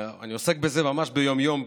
אני עוסק בזה ממש ביום-יום,